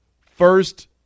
First